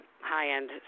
high-end